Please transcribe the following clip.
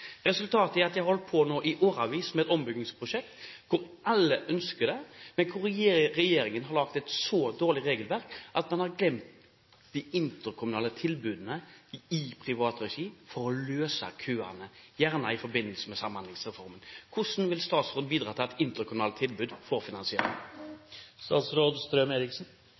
Resultatet er at de i årevis har holdt på med et ombyggingsprosjekt – alle ønsker det, men regjeringen har laget et så dårlig regelverk at man har glemt de interkommunale tilbudene i privat regi for å løse køene, gjerne i forbindelse med Samhandlingsreformen. Hvordan vil statsråden bidra til at interkommunale tilbud får